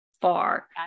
far